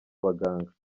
abaganga